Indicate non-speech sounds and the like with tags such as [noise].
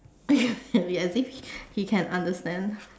[laughs] as if he can understand